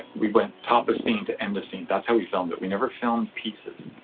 we went top of scene to end of scene. that's how we filmed it. we never filmed pieces.